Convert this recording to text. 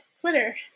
twitter